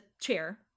chair